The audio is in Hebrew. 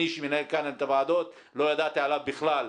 אני שמנהל כאן את הוועדות לא ידעתי עליו בכלל,